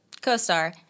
co-star